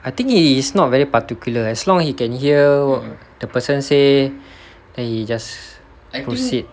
I think he is not very particular as long as he can hear the person say and he just proceed